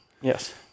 Yes